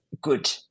good